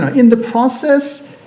ah in the process,